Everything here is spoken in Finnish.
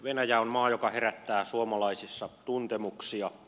venäjä on maa joka herättää suomalaisissa tuntemuksia